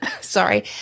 sorry